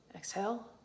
Exhale